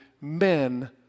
men